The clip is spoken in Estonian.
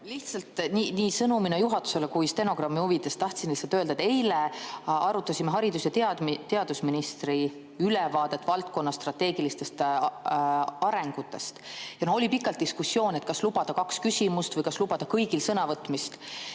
Lihtsalt nii sõnumina juhatusele kui ka stenogrammi huvides tahtsin öelda, et eile arutasime haridus- ja teadusministri ülevaadet valdkonna strateegilistest arengusuundadest. Oli pikalt diskussioon, kas lubada kaks küsimust või kas lubada kõigil sõna võtta.